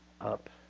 up